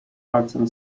palcem